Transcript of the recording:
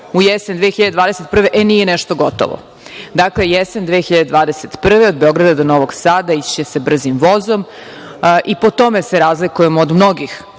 u jesen 2021. godine - e, nije nešto gotovo. Dakle, jesen 2021. godine, od Beograda do Novog Sada ići će se brzim vozom.I po tome se razlikujemo od mnogih